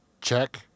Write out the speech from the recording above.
check